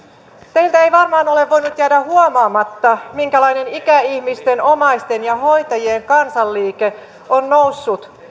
teiltä ei varmaan ole voinut jäädä huomaamatta minkälainen ikäihmisten omaisten ja hoitajien kansanliike on noussut